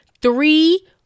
Three